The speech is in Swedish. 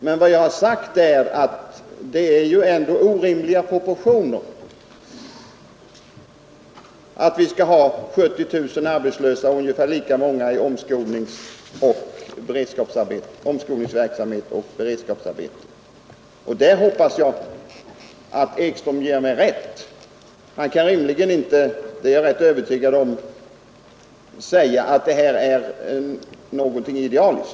Men vad jag har sagt är att det ändå är orimligt att vi skall ha 70 000 arbetslösa och ungefär lika många i omskolningsverksamhet och i beredskapsarbete, och därvidlag hoppas jag att herr Ekström ger mig rätt. Han kan rimligen inte — det är jag ganska övertygad om — göra gällande att detta är eller bör vara ett normalt förhållande.